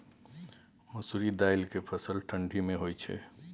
मसुरि दाल के फसल ठंडी मे होय छै?